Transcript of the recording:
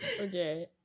Okay